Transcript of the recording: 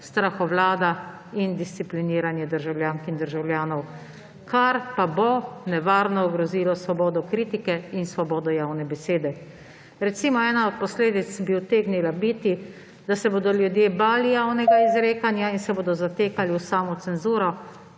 strahovlada in discipliniranje državljank in državljanov, kar pa bo nevarno ogrozilo svobodo kritike in svobodo javne besede. Ena od posledic bi utegnila biti, da se bodo ljudje bali javnega izrekanja in se bodo zatekali v samocenzuro,